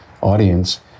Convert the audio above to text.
audience